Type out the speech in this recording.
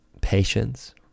patience